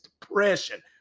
depression